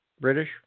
British